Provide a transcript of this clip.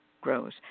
grows